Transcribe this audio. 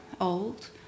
old